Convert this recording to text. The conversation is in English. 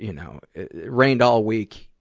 you know rained all week.